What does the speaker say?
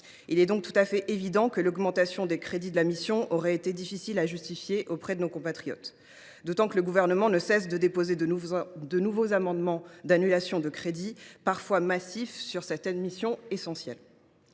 Il est donc tout à fait évident que l’augmentation des crédits de cette mission aurait été difficile à justifier auprès de nos compatriotes, d’autant que le Gouvernement ne cesse de déposer de nouveaux amendements d’annulation de crédits, parfois massifs, sur certaines missions essentielles.